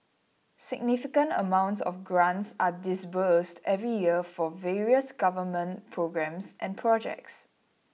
significant amounts of grants are disbursed every year for various Government programmes and projects